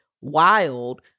wild